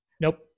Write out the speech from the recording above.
Nope